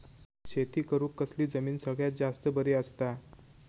शेती करुक कसली जमीन सगळ्यात जास्त बरी असता?